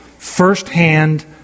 First-hand